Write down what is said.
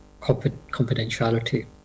confidentiality